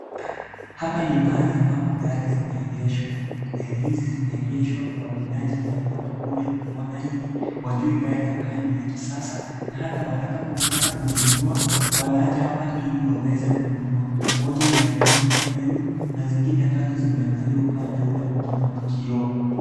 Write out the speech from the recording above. Hapa ni mahali ambapo gari zimeegeshwa. Gari hizi zimeegeshwa kwa minajiri ya watu kuja kuona ili wajue gari ambayo ni ya kisasa na hata watakapotakajinunua wanacha hapa ili waweze kununua. Moja imeangalia upande huu na zingine tatu zimeangalia upande ule mwingine wa kioo.